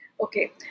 Okay